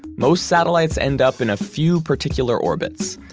most satellites end up in a few particular orbits,